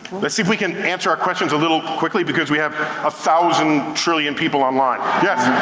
let's see if we can answer our questions a little quickly, because we have a thousand trillion people online. yes,